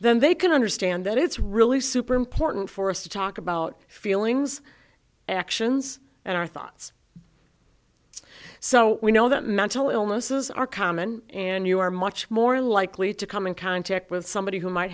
then they can understand that it's really super important for us to talk about feelings and actions and our thoughts so we know that mental illnesses are common and you are much more likely to come in contact with somebody who might